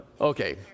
Okay